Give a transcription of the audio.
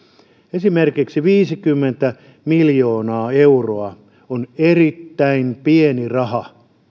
esimerkiksi viisikymmentä miljoonaa euroa on erittäin pieni raha